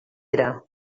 era